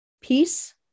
peace